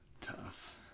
Tough